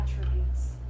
attributes